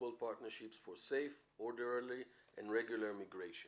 partnerships for safe orderly and regular immigration".